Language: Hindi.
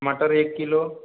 मटर एक किलो